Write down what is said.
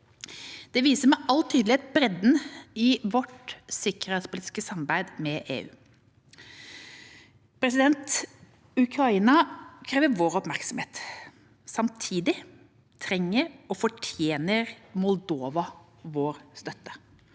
Det viser med all tydelighet bredden i vårt sikkerhetspolitiske samarbeid med EU. Ukraina krever vår oppmerksomhet. Samtidig trenger og fortjener Moldova vår støtte.